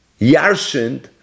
yarshind